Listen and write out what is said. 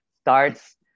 starts